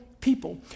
people